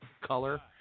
color